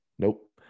Nope